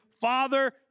father